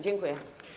Dziękuję.